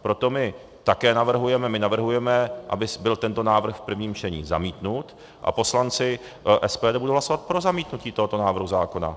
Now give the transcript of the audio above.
Proto my také navrhujeme, my navrhujeme, aby byl tento návrh v prvním čtení zamítnut, a poslanci SPD budou hlasovat pro zamítnutí tohoto návrhu zákona.